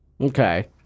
okay